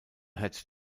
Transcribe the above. had